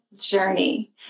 journey